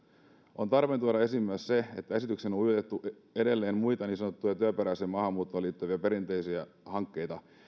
on tarpeen tuoda esiin myös se että esitykseen on ujutettu edelleen muita niin sanottuun työperäiseen maahanmuuttoon liittyviä perinteisiä hankkeita